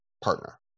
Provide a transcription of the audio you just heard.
partner